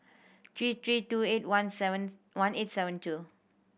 three three two eight one seventh one eight seven two